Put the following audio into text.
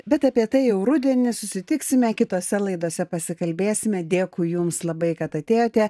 bet apie tai jau rudenį susitiksime kitose laidose pasikalbėsime dėkui jums labai kad atėjote